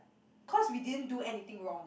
cause we didn't do anything wrong